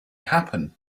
happen